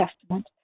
Testament